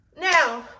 now